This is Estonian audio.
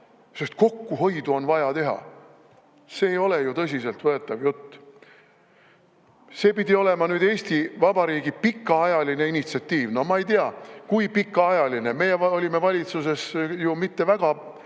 sest kokkuhoidu on vaja teha. See ei ole ju tõsiselt võetav jutt. See pidi olema nüüd Eesti Vabariigi pikaajaline initsiatiiv. No ma ei tea, kui pikaajaline. Meie olime valitsuses ju mitte väga